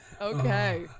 Okay